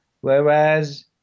whereas